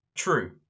true